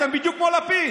אתם בדיוק כמו לפיד.